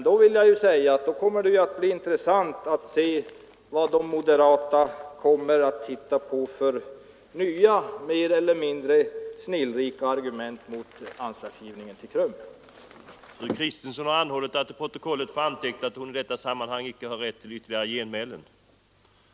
Då kommer det att bli intressant att se vilka mer eller mindre snillrika nya argument mot anslagsgivningen till KRUM de moderata hittar på.